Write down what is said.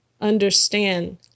understand